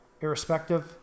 irrespective